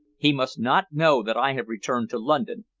he must not know that i have returned to london,